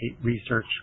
research